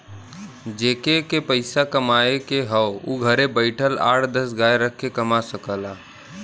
जेके के पइसा कमाए के हौ उ घरे बइठल आठ दस गाय रख के कमा सकला